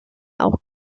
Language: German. auch